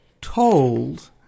told